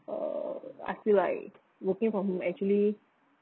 err I feel like working from home actually